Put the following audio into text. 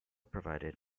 provided